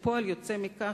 כפועל יוצא מכך,